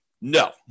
No